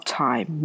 time